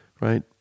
right